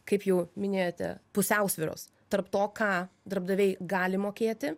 kaip jau minėjote pusiausvyros tarp to ką darbdaviai gali mokėti